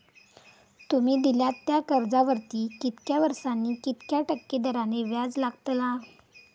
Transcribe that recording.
तुमि दिल्यात त्या कर्जावरती कितक्या वर्सानी कितक्या टक्के दराने व्याज लागतला?